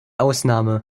ausnahme